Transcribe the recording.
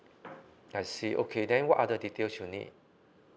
I see okay then what are the details you need